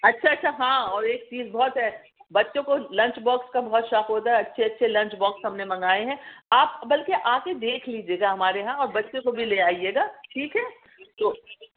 اچھا اچھا ہاں اور ایک چیز بہت ہے بچوں کو لنچ باکس کا بہت شوق ہوتا ہے اچھے اچھے لنچ باکس ہم نے منگائے ہیں آپ بلکہ آ کے دیکھ لیجئے گا ہمارے یہاں اور بچے کو بھی لے آئیے گا ٹھیک ہے تو